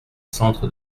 centres